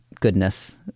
goodness